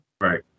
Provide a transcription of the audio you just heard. Right